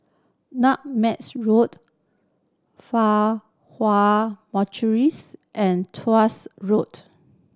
Nutmegs Road Fa Hua and Tuas Road